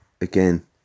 again